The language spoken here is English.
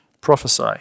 prophesy